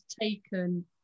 taken